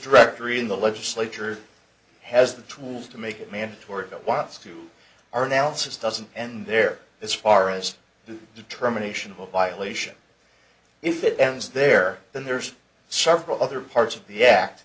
directory in the legislature has the tools to make it mandatory that whilst you are now insist doesn't end there as far as the determination of a violation if it ends there then there's several other parts of the act